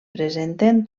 presenten